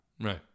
Right